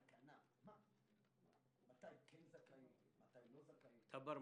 תקנה שקובעת מתי כן זכאים להסעות ומתי לא זכאים.